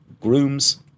grooms